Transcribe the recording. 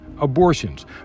abortions